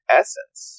essence